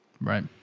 Right